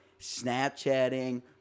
Snapchatting